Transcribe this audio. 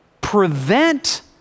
prevent